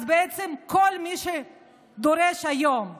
אז בעצם כל מי שדורש היום שינוי,